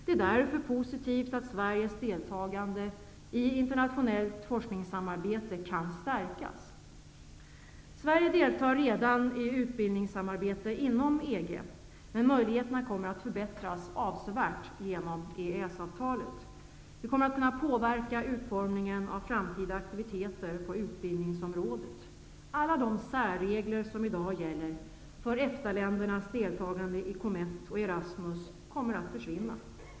Det är därför positivt att Sveriges deltagande i internationellt forskningssamarbete kan stärkas. Sverige deltar redan i utbildningssamarbete inom EG, men möjligheterna kommer att förbättras avsevärt genom EES-avtalet. Vi kommer att kunna påverka utformningen av framtida aktiviteter på utbildningsområdet. Alla de särregler som i dag gäller för EFTA-ländernas deltagande i COMETT och Erasmus kommer att försvinna.